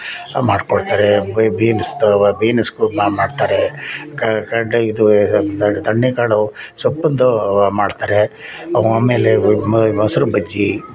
ಮಾಡ್ಕೊಡ್ತಾರೆ ಬೀನ್ಸ್ದು ಬೀನ್ಸ್ ಕೂಡ ಮಾಡ್ತಾರೆ ಕಡಲೆ ಇದು ತಣ್ಣೆಕಾಳು ಸೊಪ್ಪಿಂದು ಮಾಡ್ತಾರೆ ಆಮೇಲೆ ಮೊಸ್ರು ಬಜ್ಜಿ